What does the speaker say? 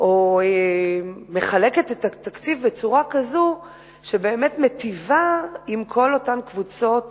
או מחלקת את התקציב בצורה כזאת שבאמת מיטיבה עם כל אותן קבוצות